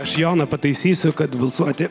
aš joną pataisysiu kad balsuoti